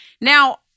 Now